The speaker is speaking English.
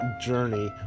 Journey